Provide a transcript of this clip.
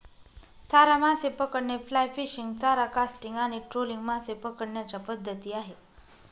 चारा मासे पकडणे, फ्लाय फिशिंग, चारा कास्टिंग आणि ट्रोलिंग मासे पकडण्याच्या पद्धती आहेत